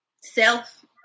Self